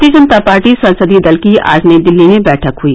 भारतीय जनता पार्टी संसदीय दल की आज नई दिल्ली में बैठक हुई